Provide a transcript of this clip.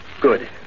Good